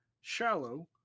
shallow